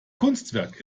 kunstwerk